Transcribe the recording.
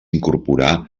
incorporà